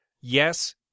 yes